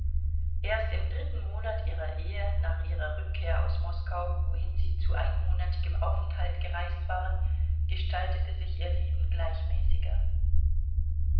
erst im dritten monat ihrer ehe nach ihrer rückkehr aus moskau wohin sie zu einmonatigem aufenthalt gereist waren gestaltete sich ihr leben gleichmäßiger